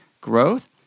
growth